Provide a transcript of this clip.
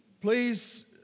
please